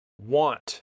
want